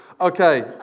Okay